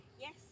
yes